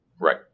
Right